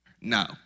No